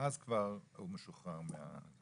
כבר הוא משוחרר.